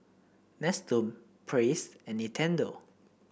Nestum Praise and Nintendo